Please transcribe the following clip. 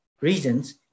reasons